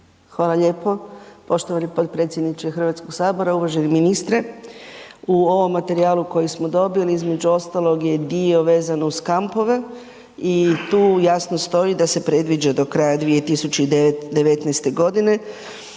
Hvala lijepo poštovani potpredsjedniče Hrvatskog sabora, uvaženi ministre. U ovom materijalu koji smo dobili između ostalog je i dio vezano uz kampove i tu jasno stoji da se predviđa do kraja 2019. godine